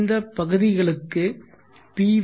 இந்த பகுதிகளுக்கு பி